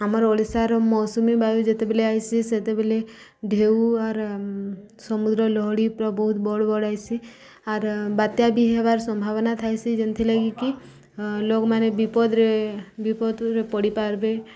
ଆମର୍ ଓଡ଼ିଶାର ମୌସୁମୀ ବାୟୁ ଯେତେବେଲେ ଆଇସି ସେତେବେଲେ ଢେଉ ଆର୍ ସମୁଦ୍ର ଲହଡ଼ି ପୁରା ବହୁତ ବଡ଼ ବଡ଼ ଆଇସି ଆର୍ ବାତ୍ୟା ବି ହେବାର ସମ୍ଭାବନା ଥାଏସି ଯେନ୍ଥିଲାଗି କି ଲୋକମାନେ ବିପଦରେ ବିପଦରେ ପଡ଼ିପାର୍ବେେ